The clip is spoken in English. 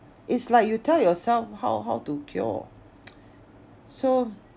it's like you tell yourself how how to cure so